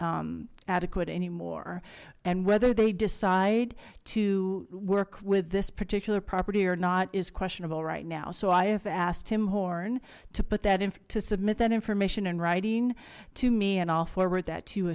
adequate anymore and whether they decide to work with this particular property or not is questionable right now so i have asked him horne to put that in to submit that information in writing to me and i'll forward that